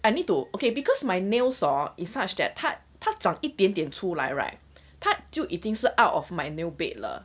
I need to okay because my nails hor it's such that 他他长一点点出来 right 他就已经就是 out of my nail bed 了